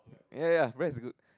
ya breast is good